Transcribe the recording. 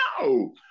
No